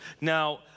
Now